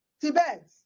Tibet